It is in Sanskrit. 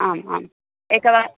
आम् आम् एकवारं